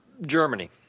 Germany